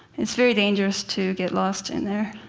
it's very dangerous to get lost in there.